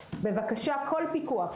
בבקשה כל פיקוח,